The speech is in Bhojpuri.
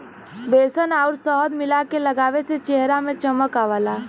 बेसन आउर शहद मिला के लगावे से चेहरा में चमक आवला